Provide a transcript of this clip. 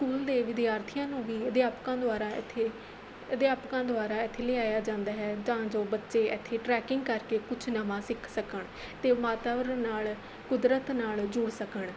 school ਦੇ ਵਿਦਿਆਰਥੀਆਂ ਨੂੰ ਵੀ ਅਧਿਆਪਕਾਂ ਦੁਆਰਾ ਇੱਥੇ ਅਧਿਆਪਕਾਂ ਦੁਆਰਾ ਇੱਥੇ ਲਿਆਇਆ ਜਾਂਦਾ ਹੈ ਤਾਂ ਜੋ ਬੱਚੇ ਇੱਥੇ ਟ੍ਰੈਕਿੰਗ ਕਰਕੇ ਕੁਛ ਨਵਾਂ ਸਿੱਖ ਸਕਣ ਅਤੇ ਵਾਤਾਵਰਣ ਨਾਲ਼ ਕੁਦਰਤ ਨਾਲ਼ ਜੁੜ ਸਕਣ